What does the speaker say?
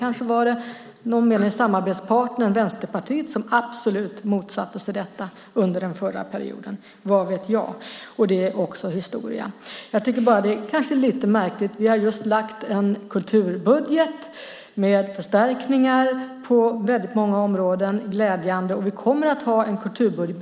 Kanske var det någon medlem i samarbetspartnern Vänsterpartiet som absolut motsatte sig detta under den förra perioden - vad vet jag - och det är också historia. Vi har just lagt fram en kulturbudget med förstärkningar på väldigt många områden, och det är glädjande.